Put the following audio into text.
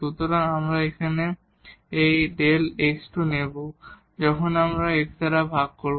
সুতরাং আমরা Δ x2 নিব এবং যখন আমরা Δ x দ্বারা ভাগ করব